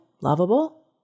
lovable